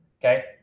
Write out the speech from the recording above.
Okay